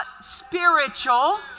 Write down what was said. spiritual